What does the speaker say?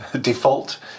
default